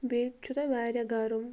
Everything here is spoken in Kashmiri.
بیٚیہِ چھُ تَتہِ وارِیاہ گَرٕم